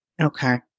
Okay